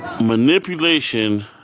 Manipulation